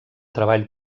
treball